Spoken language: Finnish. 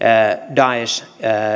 daeshin